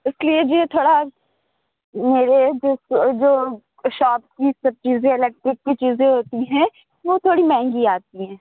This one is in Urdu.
اس کے لیے جی تھوڑا میرے جو شاپ کی سب چیزیں الیکٹرک کی چیزیں ہوتی ہیں وہ تھوڑی مہنگی آتی ہیں